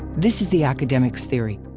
this is the academics' theory.